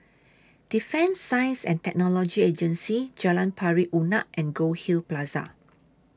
Defence Science and Technology Agency Jalan Pari Unak and Goldhill Plaza